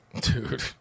dude